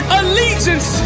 allegiance